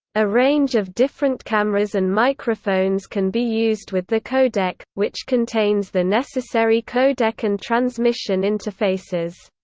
a range of different cameras and microphones can be used with the codec, which contains the necessary codec and transmission interfaces.